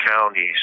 counties